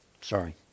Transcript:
Sorry